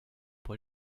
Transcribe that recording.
pour